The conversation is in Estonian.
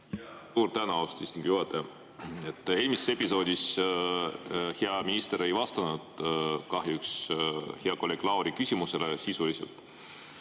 Suur tänu, austatud istungi juhataja! Eelmises episoodis hea minister ei vastanud kahjuks hea kolleegi Lauri küsimusele sisuliselt.